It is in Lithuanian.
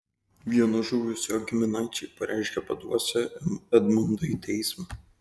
vieno žuvusiojo giminaičiai pareiškė paduosią edmundą į teismą